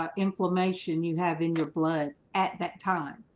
ah inflammation you have in your blood at that time.